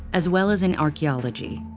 as well as in archaeology.